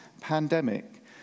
pandemic